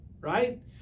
right